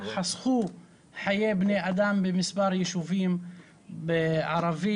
חסכו חיי בני אדם במספר יישובים ערבים.